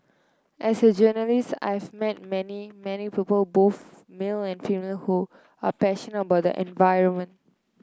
as a journalist I've met many many people both male and female who are passionate about the environment